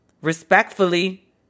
Respectfully